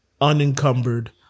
unencumbered